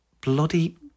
bloody